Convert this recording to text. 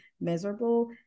miserable